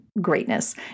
greatness